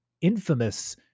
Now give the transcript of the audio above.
infamous